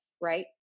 right